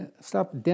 stop